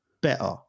better